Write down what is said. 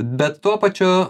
bet tuo pačiu